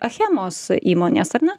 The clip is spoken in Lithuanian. achemos įmonės ar ne